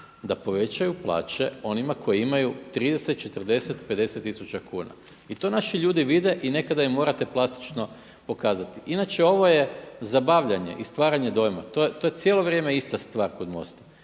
da povećaju plaće onima koji imaju 30, 40, 50 tisuća kuna. I to naši ljudi vide i nekada im morate plastično pokazati. Inače ovo je zabavljanje i stvaranje dojma, to je cijelo vrijeme ista stvar kod MOST-a.